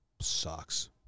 sucks